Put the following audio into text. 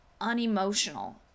unemotional